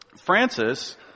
Francis